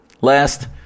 Last